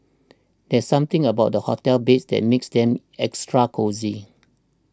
there's something about the hotel beds that makes them extra cosy